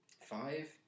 five